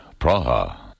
Praha